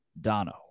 Dono